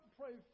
pray